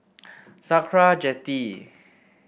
Sakra Jetty